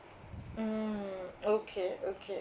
mm okay okay